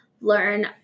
learn